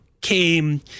came